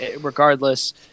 regardless